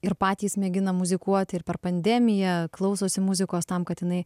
ir patys mėgina muzikuoti ir per pandemiją klausosi muzikos tam kad jinai